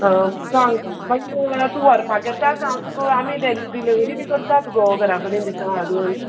सांग मागी तूं व्हरपाक येता का हांव तुका आमी डॅल डिलेवरी बी करतात गो घरा कडेन दिता हाडून